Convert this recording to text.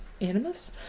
Animus